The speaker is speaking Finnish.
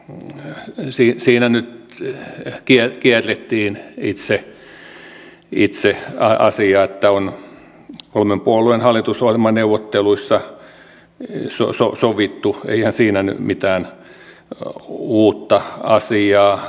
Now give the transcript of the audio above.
nyt hetki sitten totesi nyt kierrettiin itse asia niin että on kolmen puolueen hallitusohjelmaneuvotteluissa sovittu eihän siinä nyt mitään uutta asiaa ollut